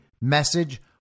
message